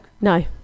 No